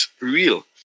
real